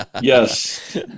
Yes